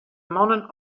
mannen